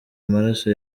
amaraso